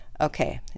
Okay